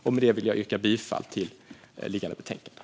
Jag vill yrka bifall till utskottets förslag i betänkandet.